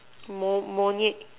more more